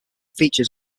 features